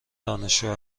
دانشجو